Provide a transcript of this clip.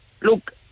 Look